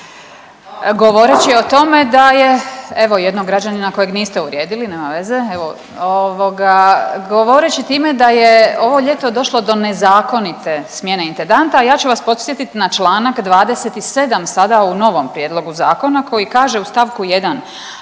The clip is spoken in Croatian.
govoreći time da je ovo ljeto došlo do nezakonite smjene intendanta, a ja ću vas podsjetiti na čl. 27 sada u novom prijedlogu zakona koji kaže u st. 1,